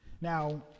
Now